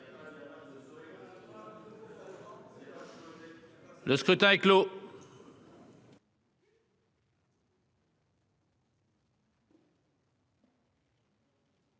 Le scrutin est clos.